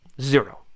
Zero